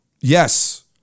Yes